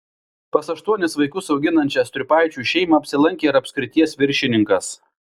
pas aštuonis vaikus auginančią striupaičių šeimą apsilankė ir apskrities viršininkas